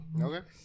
Okay